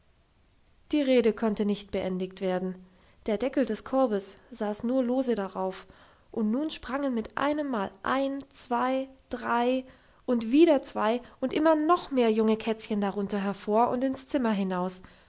die rede konnte nicht beendigt werden der deckel des korbes saß nur lose darauf und nun sprangen mit einem mal ein zwei drei und wieder zwei und immer noch mehr junge kätzchen darunter hervor und ins zimmer hinaus